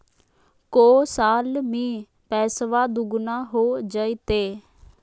को साल में पैसबा दुगना हो जयते?